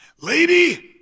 lady